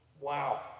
Wow